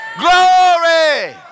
Glory